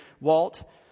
Walt